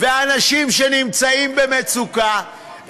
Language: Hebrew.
ואנשים שנמצאים במצוקה,